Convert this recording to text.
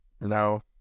No